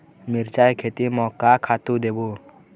मिरचा के खेती म का खातू देबो?